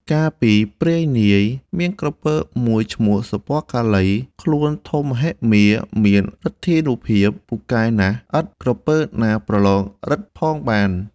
កាលពីព្រេងនាយ មានក្រពើមួយឈ្មោះ " សុពណ៌កាឡី” ខ្លួនធំមហិមា មានឫទ្ធានុភាពពូកែណាស់ ឥត ក្រពើណាប្រឡងឫទ្ធិផងបាន។